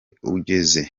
ugeze